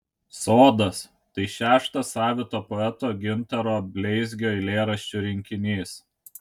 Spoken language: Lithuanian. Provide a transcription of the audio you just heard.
sodas tai šeštas savito poeto gintaro bleizgio eilėraščių rinkinys